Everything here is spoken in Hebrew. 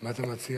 מה אתה מציע?